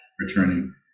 returning